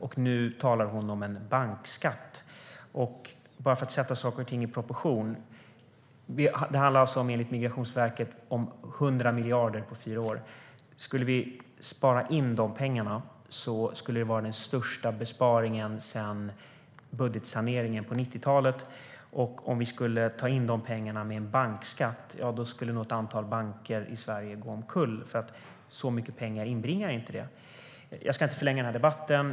Och nu talar hon om en bankskatt. Bara för att sätta saker och ting i rätt proportion handlar det enligt Migrationsverket om 100 miljarder på fyra år. Om vi skulle spara in dessa pengar skulle det vara den största besparingen sedan budgetsaneringen på 90-talet. Om vi skulle ta in dessa pengar med en bankskatt skulle nog ett antal banker i Sverige gå omkull, för så mycket pengar inbringar den inte. Jag ska inte förlänga debatten.